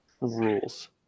rules